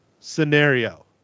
scenario